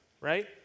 right